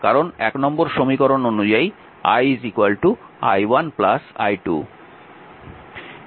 কারণ নম্বর সমীকরণ অনুযায়ী i i1 i2